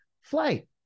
flight